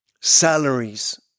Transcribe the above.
Salaries